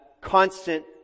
constant